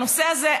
הנושא הזה,